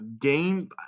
game